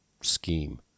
scheme